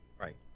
Right